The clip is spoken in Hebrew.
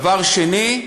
הדבר השני,